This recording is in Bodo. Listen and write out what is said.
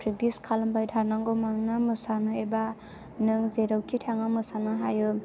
प्रेक्टिस खालामबाय थानांगौ मानोना मोसानो एबा नों जेरावखि थाङा मोसानो हायो